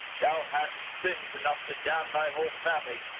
thou hast sins enough to damn thy whole family.